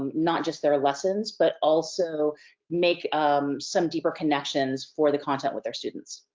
um not just their lessons, but also make um some deeper connections for the content with their students.